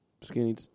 Skinny